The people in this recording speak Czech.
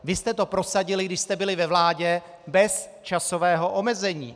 Vy jste to prosadili, když jste byli ve vládě, bez časového omezení.